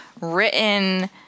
written